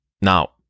Now